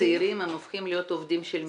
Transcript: הם הופכים להיות עובדים של מי?